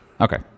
Okay